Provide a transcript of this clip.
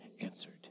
answered